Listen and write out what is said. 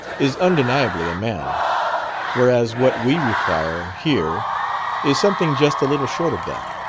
is undeniably a man whereas what we require here is something just a little short of that.